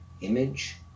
image